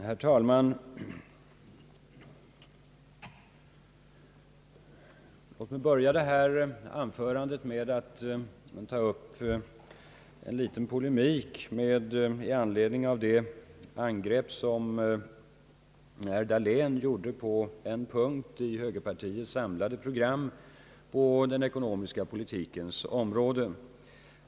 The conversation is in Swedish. Herr talman! Låt mig börja detta anförande med att ta upp en liten polemik i anledning av det angrepp herr Dahlén riktade mot en punkt i högerpartiets samlade program på den ekonomiska politikens område.